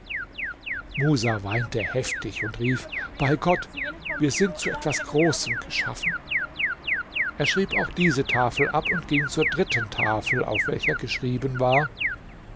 musa weinte heftig und rief bei gott wir sind zu etwas großem geschaffen er schrieb auch diese tafel ab und ging zur dritten tafel auf welcher geschrieben war